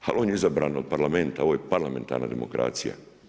Ali on je izabran od parlamenta, ovo je parlamentarna demokracija.